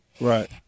right